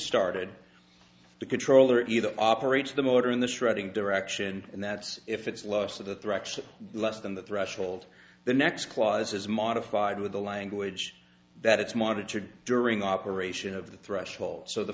started the controller either operates the motor in the shredding direction and that's if it's loss of the threats less than the threshold the next clause is modified with the language that it's monitored during operation of the threshold so the